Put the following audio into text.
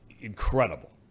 incredible